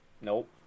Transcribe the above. Nope